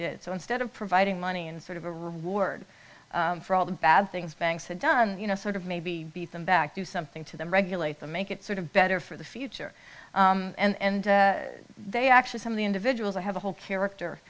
did so instead of providing money and sort of a reward for all the bad things banks had done you know sort of maybe beat them back do something to them regulate them make it sort of better for the future and they actually some of the individuals i have a whole